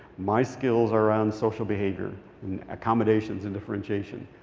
my skills around social behavior and accommodations and differentiation,